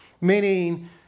meaning